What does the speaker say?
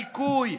דיכוי,